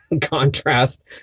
contrast